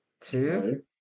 Two